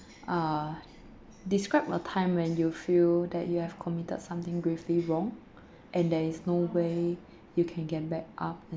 uh describe a time when you feel that you have committed something gravely wrong and there is no way you can get back up and